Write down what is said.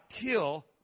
kill